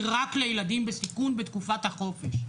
היא רק לילדים בסיכון בתקופת החופש,